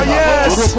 yes